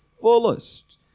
fullest